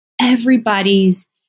everybody's